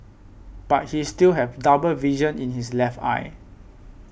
but he still have double vision in his left eye